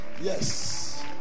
Yes